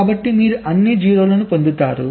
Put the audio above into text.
కాబట్టి మీరు అన్ని 0 లను పొందుతారు